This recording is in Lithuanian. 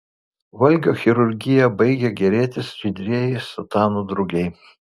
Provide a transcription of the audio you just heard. valgio chirurgija baigė gėrėtis žydrieji sutanų drugiai